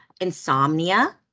insomnia